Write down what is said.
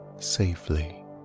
safely